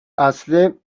asleep